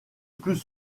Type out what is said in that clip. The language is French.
plus